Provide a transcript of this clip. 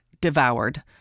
devoured